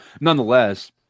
Nonetheless